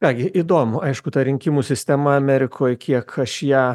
ką gi įdomu aišku ta rinkimų sistema amerikoj kiek aš ją